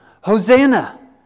Hosanna